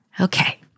Okay